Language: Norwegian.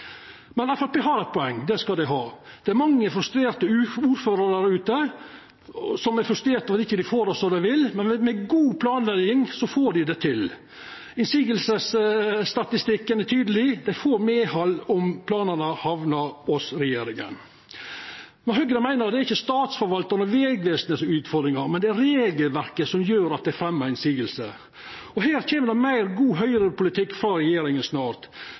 Men Framstegspartiet har eitt poeng, det skal dei ha: Det er mange ordførarar der ute som er frustrerte over at dei ikkje får det som dei vil, men med god planlegging får dei det til. Motsegnstatistikken er tydeleg: Dei får medhald om planane hamnar hos regjeringa. Høgre meiner det ikkje er Statsforvaltaren og Vegvesenet som er utfordringa, men at det er regelverket som gjer at dei fremjar motsegner. Og her kjem det meir god høgrepolitikk frå regjeringa snart.